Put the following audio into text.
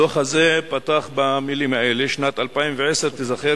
הדוח הזה פתח במלים האלה: שנת 2010 תיזכר